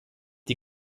die